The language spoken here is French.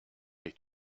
ait